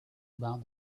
about